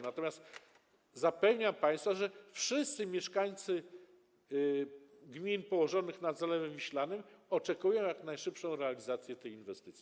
Natomiast zapewniam państwa, że wszyscy mieszkańcy gmin położonych nad Zalewem Wiślanym oczekują na jak najszybszą realizację tej inwestycji.